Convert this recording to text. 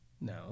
No